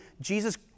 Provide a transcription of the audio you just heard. Jesus